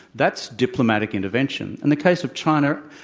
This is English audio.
that's diplomatic intervention. in the case of china